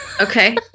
Okay